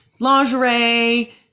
lingerie